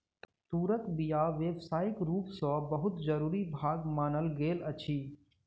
तूरक बीया व्यावसायिक रूप सॅ बहुत जरूरी भाग मानल गेल अछि